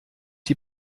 die